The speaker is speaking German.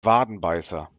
wadenbeißer